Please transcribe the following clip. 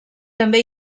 també